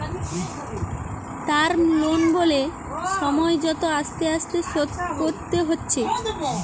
term loan বলে সময় মত আস্তে আস্তে শোধ করতে হচ্ছে